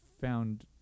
found